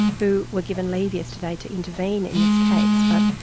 who were given leave yesterday to intervene in this case. but,